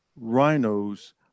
rhinos